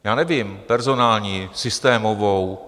Já nevím, personální, systémovou.